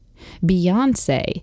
Beyonce